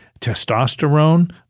testosterone